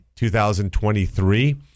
2023